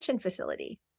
facility